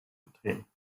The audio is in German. getreten